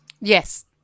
Yes